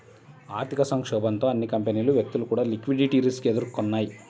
ఆర్థిక సంక్షోభంతో అన్ని కంపెనీలు, వ్యక్తులు కూడా లిక్విడిటీ రిస్క్ ఎదుర్కొన్నయ్యి